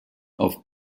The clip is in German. auf